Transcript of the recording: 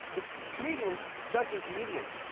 it's comedians judging comedians.